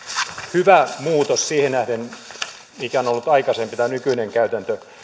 hyvä muutos siihen nähden mikä on ollut aikaisempi tai nykyinen käytäntö